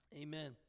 Amen